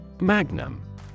Magnum